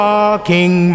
Walking